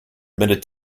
admitted